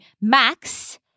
max